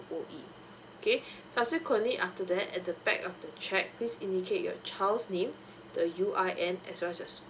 okay subsequently after that at the back of the cheque please indicate your child's name the U_R_N as well as your school